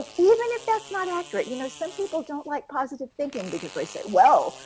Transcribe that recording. ah even if that's not accurate, you know some people don't like positive thinking because they say, well,